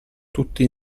tutti